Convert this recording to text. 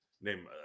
name